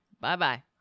Bye-bye